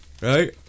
right